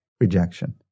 rejection